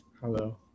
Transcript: Hello